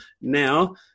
Now